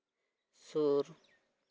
ᱥᱩᱨ